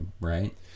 right